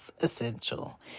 essential